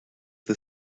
the